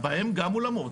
בהם גם אולמות.